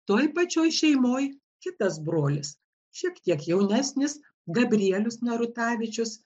toj pačioj šeimoj kitas brolis šiek tiek jaunesnis gabrielius narutavičius